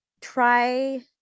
try